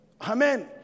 Amen